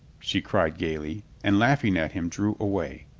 she cried gaily, and laughing at him, drew away.